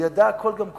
הוא ידע הכול גם קודם,